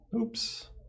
oops